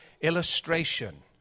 illustration